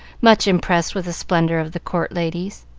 much impressed with the splendor of the court ladies.